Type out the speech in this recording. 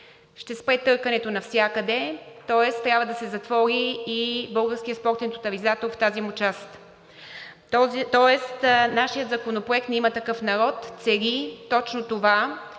ще спре търкането навсякъде, тоест трябва да се затвори и Българският спортен тотализатор в тази му част, тоест нашият законопроект – на „Има такъв народ“, цели точно това,